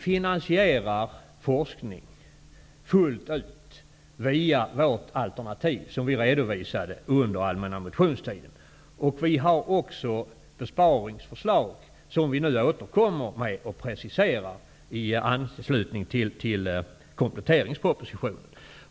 Vi finansierar forskning fullt ut via vårt alternativ, som vi redovisade under den allmänna motionstiden. Vi har också besparingsförslag, som vi preciserar i anslutning till kompletteringspropositionen.